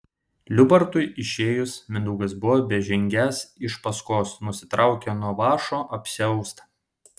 liubartui išėjus mindaugas buvo bežengiąs iš paskos nusitraukė nuo vąšo apsiaustą